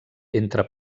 entre